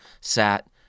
sat